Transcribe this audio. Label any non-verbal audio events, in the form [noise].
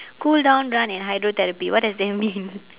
cool down run and hydrotherapy what does that mean [laughs]